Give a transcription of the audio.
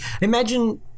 Imagine